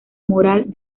moral